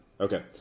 Okay